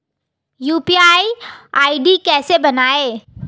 UPI ID कैसे बनाएं?